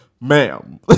ma'am